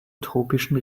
tropischen